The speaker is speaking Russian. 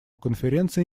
конференция